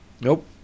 Nope